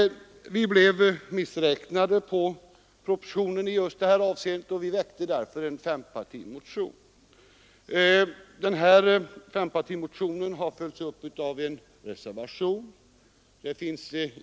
Vi blev alltså missräknade på propositionen i denna del och väckte en fempartimotion. Den motionen har följts upp av en reservation.